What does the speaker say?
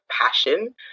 passion